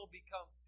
become